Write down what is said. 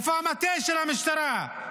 איפה המטה של המשטרה?